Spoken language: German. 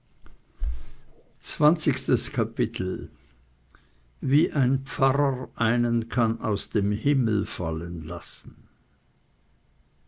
wie ein pfarrer einen kann aus dem himmel fallen lassen